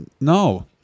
No